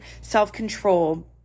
self-control